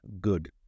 good